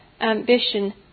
ambition